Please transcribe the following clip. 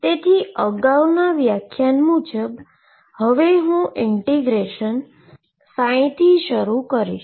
તેથી અગાઉના વ્યાખ્યાન મુજબ હવે હુ ઈન્ટીગ્રેશન ψ શરૂ કરીશ